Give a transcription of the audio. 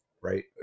right